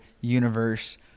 universe